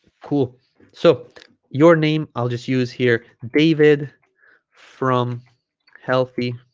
cool so your name i'll just use here david from healthy